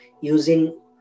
using